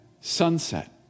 sunset